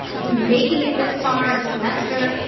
for making it this far in the semester,